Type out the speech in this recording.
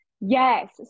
Yes